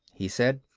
he said.